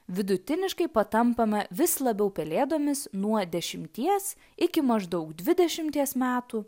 vidutiniškai patampame vis labiau pelėdomis nuo dešimties iki maždaug dvidešimties metų